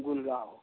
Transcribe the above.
Gurgaon